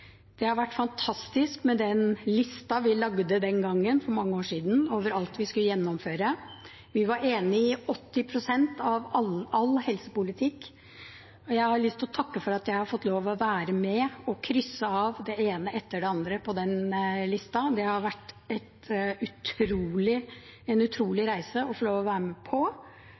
Det har vært fantastisk med den listen vi lagde den gangen for mange år siden over alt vi skulle gjennomføre. Vi var enige om 80 pst. av all helsepolitikk, og jeg har lyst til å takke for at jeg har fått lov til å være med på å krysse av det ene etter det andre på den listen. Det har vært en utrolig reise å få lov til å være med på.